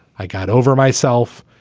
i got over myself.